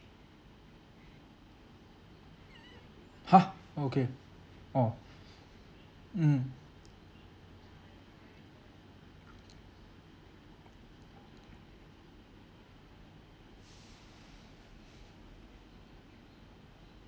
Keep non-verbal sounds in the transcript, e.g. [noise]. !huh! okay oh mmhmm [breath]